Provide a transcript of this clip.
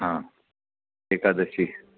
हां एकादशी